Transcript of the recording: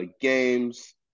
games